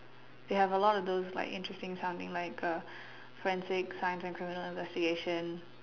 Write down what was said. they have a lot of those like interesting sounding like uh Forensic science and criminal investigation